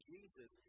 Jesus